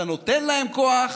אתה נותן להם כוח